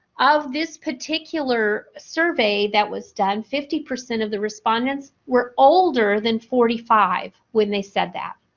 of this particular survey that was done fifty percent of the respondents were older than forty five when they said that.